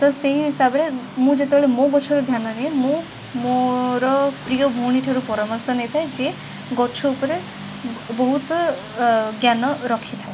ତ ସେହି ହିସାବରେ ମୁଁ ଯେତେବେଳେ ମୋ ଗଛର ଧ୍ୟାନନିଏ ମୁଁ ମୋର ପ୍ରିୟ ଭଉଣୀଠାରୁ ପରାମର୍ଶ ନେଇଥାଏ ଯିଏ ଗଛ ଉପରେ ବହୁତ ଅ ଜ୍ଞାନ ରଖିଥାଏ